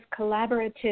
collaborative